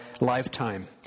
lifetime